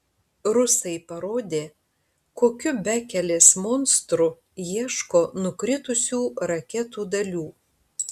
rusai parodė kokiu bekelės monstru ieško nukritusių raketų dalių